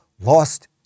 lost